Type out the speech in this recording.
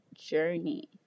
journey